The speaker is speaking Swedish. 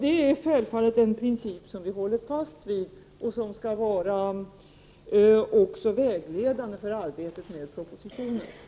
Det är självfallet en princip som vi håller fast vid och som också skall vara vägledande för arbetet med propositionen.